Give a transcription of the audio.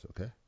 okay